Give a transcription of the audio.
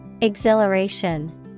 Exhilaration